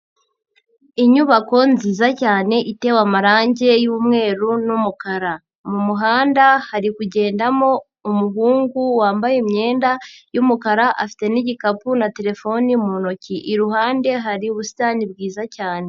Inyubako nziza cyane itewe amarange y'umweru n'umukara, mu muhanda hari kugendamo umuhungu wambaye imyenda y'umukara afite n'igikapu na telefone mu ntoki, iruhande hari ubusitani bwiza cyane.